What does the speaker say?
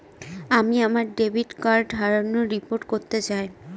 আমি আমার debit card হারানোর রিপোর্ট করতে চাই